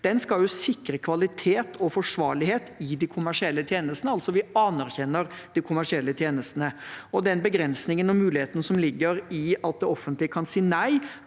Den skal sikre kvalitet og forsvarlighet i de kommersielle tjenestene. Vi anerkjenner de kommersielle tjenestene, og den begrensningen og muligheten som ligger i at det offentlige kan si nei,